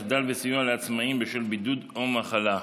מחדל בסיוע לעצמאים בשל בידוד או מחלה,